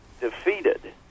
defeated